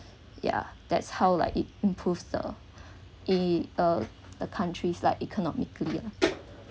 ya that's how like it improves the in a a countries like economically